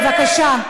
בבקשה.